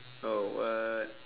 oh what